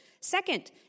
Second